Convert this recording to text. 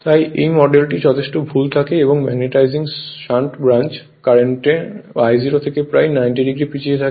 তাই এই মডেলটিতে যথেষ্ট ভুল থাকে এবং এই magnetising shunt branch current I0 থেকে প্রায় 90 ডিগ্রি পিছিয়ে থাকে